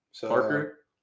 Parker